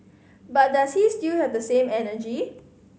but does he still have the same energy